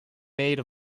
made